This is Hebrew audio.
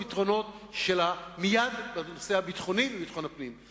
לפתרונות בנושא הביטחוני ובביטחון הפנים.